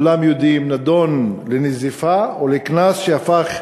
כולם יודעים, נידון לנזיפה ולקנס, שהפך